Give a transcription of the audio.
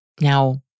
Now